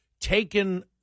taken